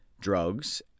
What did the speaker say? drugs